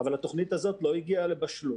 אבל התוכנית הזאת לא הגיעה לבשלות.